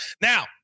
Now